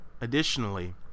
Additionally